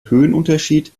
höhenunterschied